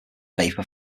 vapor